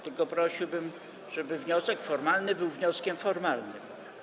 Tylko prosiłbym, żeby wniosek formalny był wnioskiem formalnym.